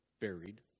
buried